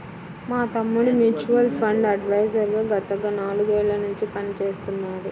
మా తమ్ముడు mutual fund adviser గా గత నాలుగేళ్ళ నుంచి పనిచేస్తున్నాడు